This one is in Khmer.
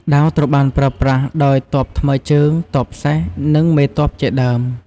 ដាវត្រូវបានប្រើប្រាស់ដោយទ័ពថ្មើរជើង ទ័ពសេះ និងមេទ័ពជាដើម។